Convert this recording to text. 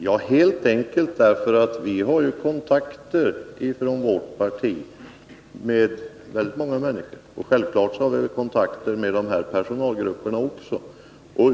Jo, vårt parti har kontakter med väldigt många människor, självklart också med de personalgrupper det här är fråga om.